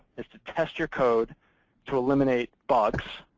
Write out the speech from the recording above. is to test your code to eliminate bugs.